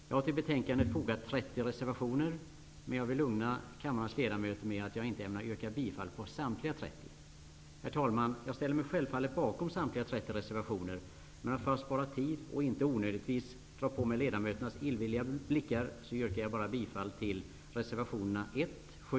Jag har till betänkandet fogat 30 reservationer, men jag vill lugna kammarens ledamöter med att jag inte ämnar yrka på bifall till samtliga 30. Herr talman! Jag ställer mig självfallet bakom samtliga 30 reservationer, men för att spara tid och inte onödigtvis dra på mig ledamöternas illvilliga blickar yrkar jag bifall bara till reservationerna 1, 7,